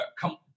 come